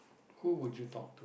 who would you talk to